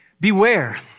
Beware